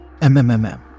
MMMM